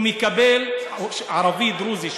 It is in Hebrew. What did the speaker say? ערבי דרוזי,